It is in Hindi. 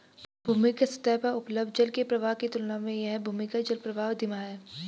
भूमि के सतह पर उपलब्ध जल के प्रवाह की तुलना में यह भूमिगत जलप्रवाह धीमा है